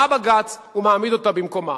בא בג"ץ ומעמיד אותה במקומה.